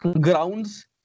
grounds